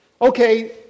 Okay